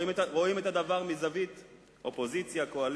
רואים את הדבר מזווית אופוזיציה-קואליציה.